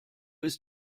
ist